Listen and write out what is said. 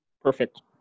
Perfect